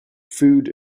food